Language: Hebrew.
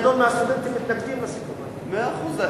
חלק גדול מהסטודנטים מתנגדים לסיכום, מאה אחוז.